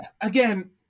Again